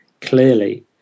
clearly